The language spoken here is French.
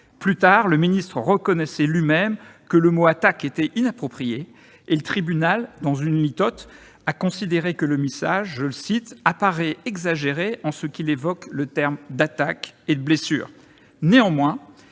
Plus tard, il reconnaissait lui-même que le mot « attaqué » était inapproprié et le tribunal, dans une litote, a considéré que le message « appara[issait] exagéré en ce qu'il évoqu[ait] le terme d'attaque et de blessure ».